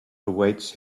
awaits